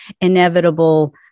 inevitable